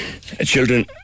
Children